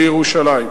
לירושלים.